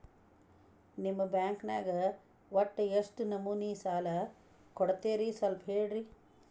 ನಿಮ್ಮ ಬ್ಯಾಂಕ್ ನ್ಯಾಗ ಒಟ್ಟ ಎಷ್ಟು ನಮೂನಿ ಸಾಲ ಕೊಡ್ತೇರಿ ಸ್ವಲ್ಪ ಹೇಳ್ರಿ